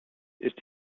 ist